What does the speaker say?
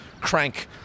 crank